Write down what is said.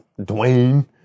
Dwayne